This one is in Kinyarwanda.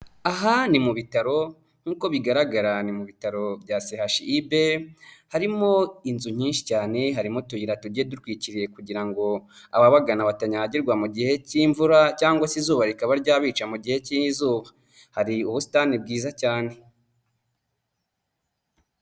Aha ni mu bitaro nk'uko bigaragara ni mu bitaro bya Sehashibe harimo inzu nyinshi cyane harimo utuyira tugiye dutwikiriye kugira ngo ababagana batanyagirwa mu gihe k'imvura cyangwa se izuba rikaba ryabica mu gihe k'izuba, hari ubusitani bwiza cyane.